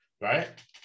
right